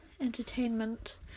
Entertainment